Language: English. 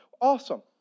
Awesome